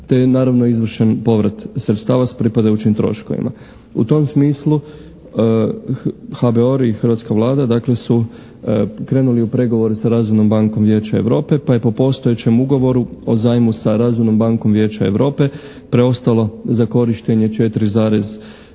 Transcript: je naravno izvršen povrat sredstava s pripadajućim troškovima. U tom smislu HBOR i hrvatska Vlada, dakle, su krenuli u pregovor sa Razvojnom bankom Vijeća Europe pa je po postojećem ugovoru o zajmu sa Razvojnom bankom Vijeća Europe preostalo za korištenje 4,3